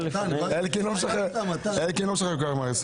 אלקין לא משחרר כל כך מהר.